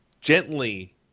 gently